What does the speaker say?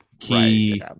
key